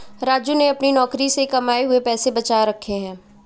राजू ने अपने नौकरी से कमाए हुए पैसे बचा के रखे हैं